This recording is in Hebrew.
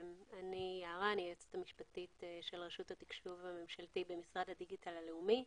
אני היועצת המשפטית של רשות התקשוב הממשלתי במשרד הדיגיטל הלאומי.